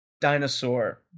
Dinosaur